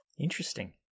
Interesting